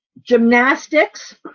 gymnastics